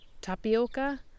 tapioca